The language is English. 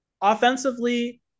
offensively